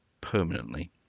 permanently